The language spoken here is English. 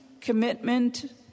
commitment